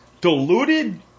diluted